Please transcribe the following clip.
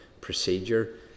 procedure